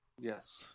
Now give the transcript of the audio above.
Yes